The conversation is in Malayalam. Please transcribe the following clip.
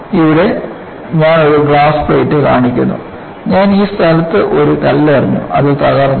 ഇവിടെ ഞാൻ ഒരു ഗ്ലാസ് പ്ലേറ്റ് കാണിക്കുന്നു ഞാൻ ഈ സ്ഥലത്ത് ഒരു കല്ലെറിഞ്ഞു അത് തകർന്നു